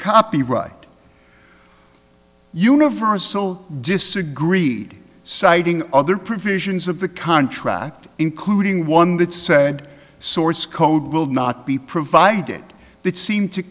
copyright universal disagreed citing other provisions of the contract including one that said source code will not be provided that seemed to